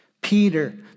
Peter